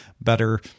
better